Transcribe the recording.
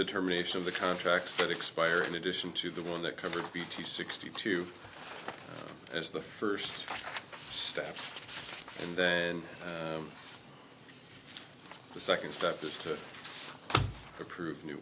the termination of the contracts that expire in addition to the one that covered bt sixty two as the first step and then the second step is to approve new